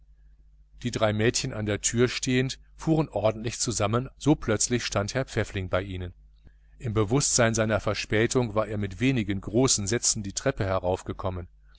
die drei mädchen an der türe stehend fuhren ordentlich zusammen so plötzlich stand herr pfäffling bei ihnen im bewußtsein seiner verspätung war er mit wenigen großen sätzen die treppe heraufgekommen